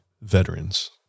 veterans